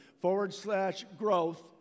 forward/slash/growth